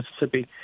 Mississippi